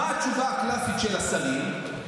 מה התשובה הקלאסית של השרים?